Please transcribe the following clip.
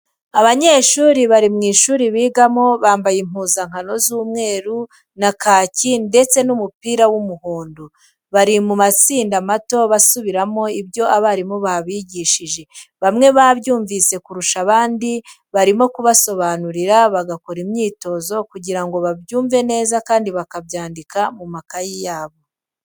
Abanyeshuri bari mu ishuri bigamo bambaye impuzankano z'umweru na kaki ndetse umupira w'umuhondo, bari mu matsinda mato basubiramo ibyo abarimu babigishije, bamwe babyumvise kurusha abandi barimo kubasobanurira bagakora imyitozo kugira ngo babyumve neza kandi bakabyandika mu makaye yabo.